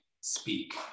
speak